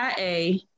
IA